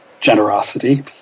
generosity